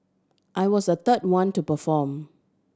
I was the third one to perform